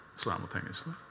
simultaneously